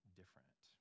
different